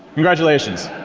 congratulations.